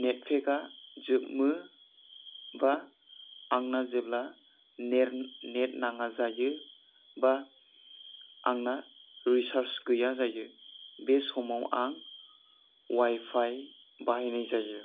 नेत फेकआ जोबो बा आंना जेब्ला नेट नाङा जायो बा आंना रिसार्ज गैया जायो बे समाव आं वाईफाई बाहाइनाय जायो